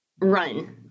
run